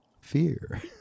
fear